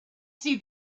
see